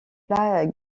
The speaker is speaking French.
plats